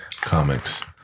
comics